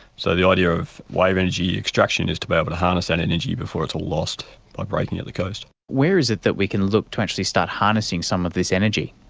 so the idea of wave energy extraction is to be able to harness that and energy before it's all lost by breaking at the coast. where is it that we can look to actually start harnessing some of this energy?